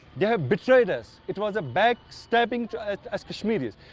they have betrayed us. it was a backstabbing to us as kashmiris.